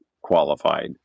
qualified